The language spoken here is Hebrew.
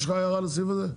יש לך בעיה עם הסעיף הזה?